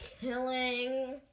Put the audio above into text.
killing